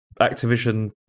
Activision